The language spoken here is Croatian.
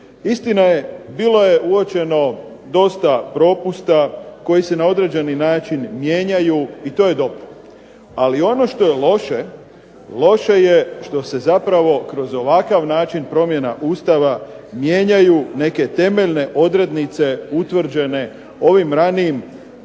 Istina je bilo je uočeno dosta propusta koji se na određeni način mijenjaju i to je dobro. Ali ono što je loše, loše je što se zapravo kroz ovakav način promjena Ustava mijenjaju neke temeljne odrednice utvrđene ovim ranijim